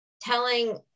telling